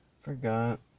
Forgot